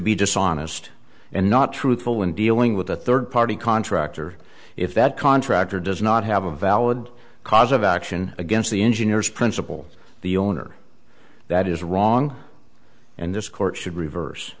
be dishonest and not truthful when dealing with a third party contractor if that contractor does not have a valid cause of action against the engineers principal the owner that is wrong and this court should reverse